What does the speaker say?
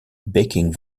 backing